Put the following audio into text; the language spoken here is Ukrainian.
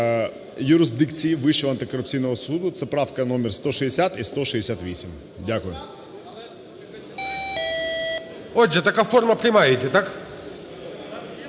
Отже, така форма приймається, так?